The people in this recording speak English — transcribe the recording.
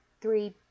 three